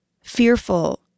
fearful